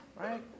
right